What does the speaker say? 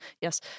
Yes